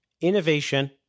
innovation